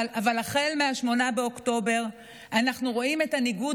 אבל החל מ-8 באוקטובר אנחנו רואים את הניגוד